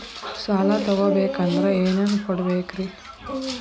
ಸಾಲ ತೊಗೋಬೇಕಂದ್ರ ಏನೇನ್ ಕೊಡಬೇಕ್ರಿ?